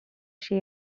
się